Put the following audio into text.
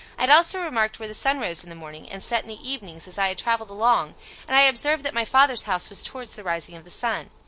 i had also remarked where the sun rose in the morning, and set in the evening, so as i had travelled along and i had observed that my father's house was towards the rising of the sun.